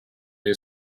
new